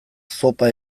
zopa